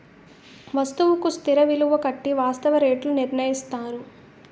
వస్తువుకు స్థిర విలువ కట్టి వాస్తవ రేట్లు నిర్ణయిస్తారు